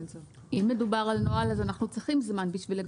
אם מדובר על נוהל, אז אנחנו צריכים זמן.